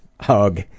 hug